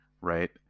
right